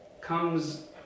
comes